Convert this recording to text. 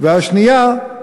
והשנייה,